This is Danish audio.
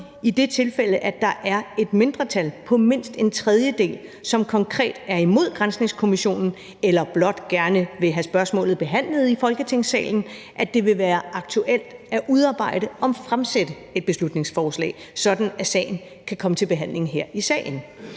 i det tilfælde, at der er et mindretal på mindst en tredjedel, som konkret er imod granskningskommissionen eller blot gerne vil have spørgsmålet behandlet i Folketingssalen, at det vil være aktuelt at udarbejde og fremsætte et beslutningsforslag, sådan at sagen kan komme til behandling her i salen.